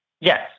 Yes